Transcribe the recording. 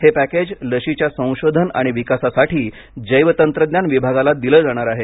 हे पॅकेज लशीच्या संशोधन आणि विकासासाठी जैवतंत्रज्ञान विभागाला दिलं जाणार आहे